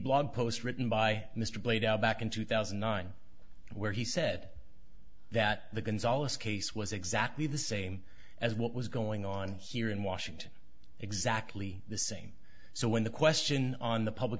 blog post written by mr played out back in two thousand and nine where he said that the gonzales case was exactly the same as what was going on here in washington exactly the same so when the question on the public